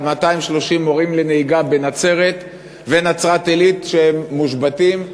על 230 מורים לנהיגה בנצרת ונצרת-עילית שמושבתים.